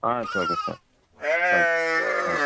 ah it's okay sir thanks thanks